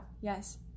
yes